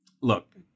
look